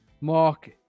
Mark